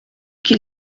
qu’il